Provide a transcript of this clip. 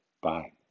Bye